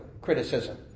criticism